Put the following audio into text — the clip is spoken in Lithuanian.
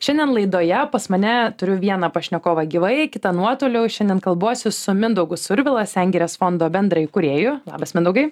šiandien laidoje pas mane turiu vieną pašnekovą gyvai kitą nuotoliu šiandien kalbuosi su mindaugu survila sengirės fondo bendraįkūrėju labas mindaugai